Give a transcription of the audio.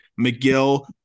McGill